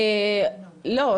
לא,